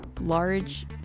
large